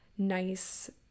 nice